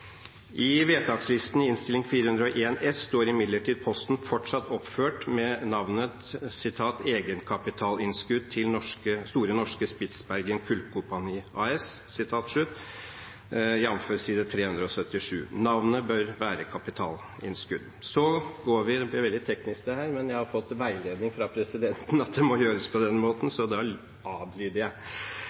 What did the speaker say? I vedtakslisten i Innst. 401 S står imidlertid posten fortsatt oppført med navnet «Egenkapitalinnskudd til Store Norske Spitsbergen Kulkompani AS», jf. side 377. Navnet bør være «Kapitalinnskudd». Så går vi til – dette blir veldig teknisk, men jeg har fått veiledning fra presidenten om at det må gjøres på denne måten, så da adlyder jeg